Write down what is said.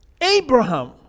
Abraham